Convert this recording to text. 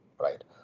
right